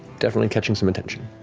definitely catching some attention.